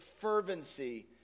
fervency